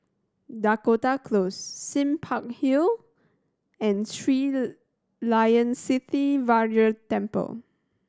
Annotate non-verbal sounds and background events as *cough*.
Dakota Close Sime Park Hill and Sri Layan Sithi *unintelligible* Temple